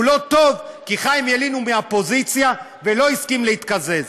הוא לא טוב כי חיים ילין הוא מהאופוזיציה ולא הסכים להתקזז.